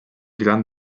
gran